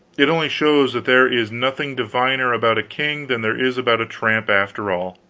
it only shows that there is nothing diviner about a king than there is about a tramp, after all.